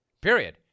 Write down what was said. Period